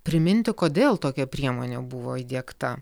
priminti kodėl tokia priemonė buvo įdiegta